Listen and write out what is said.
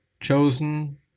chosen